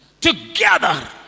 together